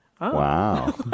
Wow